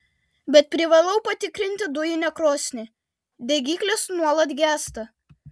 bet privalau patikrinti dujinę krosnį degiklis nuolat gęsta